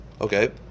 Okay